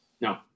No